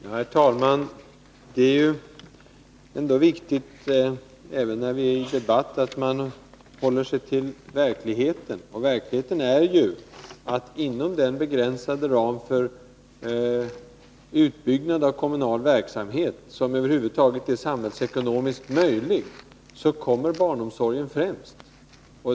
Herr talman! Det är ändå viktigt, även när vi är i debatt, att man håller sig till verkligheten. Och verkligheten är ju att inom den begränsade ram för utbyggnad av kommunal verksamhet, som över huvud taget är samhällsekonomiskt möjlig, kommer barnomsorgen främst.